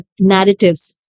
narratives